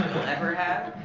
will ever have.